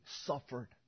suffered